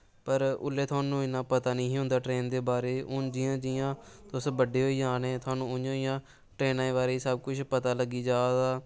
पर उल्लै थुहानू इन्ना पता नेईं हा होंदा ट्रेन दे बारे च हून जि'यां जि'यां तुस बड्डे होई जा ने थोहानू उ'आं उ'आं ट्रेनां दे बारे च सब कुछ पता लग्गी जा दा